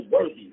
worthy